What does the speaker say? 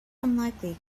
unlikely